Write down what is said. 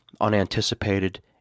unanticipated